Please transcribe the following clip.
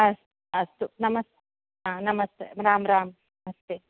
अस्तु नमस् नमस्ते राम राम नमस्ते